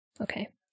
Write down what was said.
Okay